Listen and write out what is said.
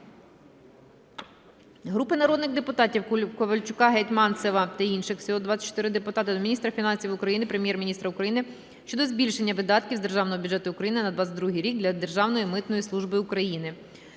Групи народних депутатів (Ковальчука, Гетманцева та інших. Всього 24 депутатів) до міністра фінансів України, Прем'єр-міністра України щодо збільшення видатків з Державного бюджету України на 2022 рік для Державної митної служби України.